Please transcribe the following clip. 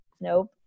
Nope